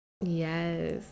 Yes